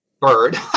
bird